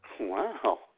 Wow